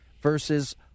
versus